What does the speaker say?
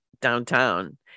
downtown